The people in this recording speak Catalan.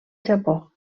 japó